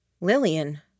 Lillian